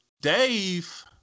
Dave